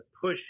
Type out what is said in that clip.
push